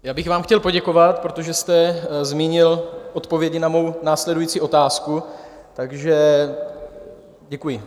Já bych vám chtěl poděkovat, protože jste zmínil odpovědi na mou následující otázku, takže děkuji.